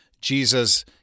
Jesus